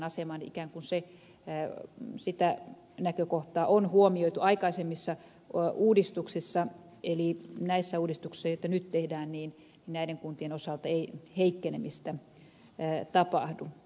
eli kun ikään kuin sitä näkökohtaa on huomioitu aikaisemmissa uudistuksissa niin näissä uudistuksissa joita nyt tehdään näiden kuntien osalta ei heikkenemistä tapahdu